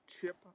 Chip